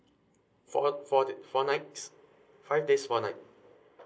four four da~ four nights five days four night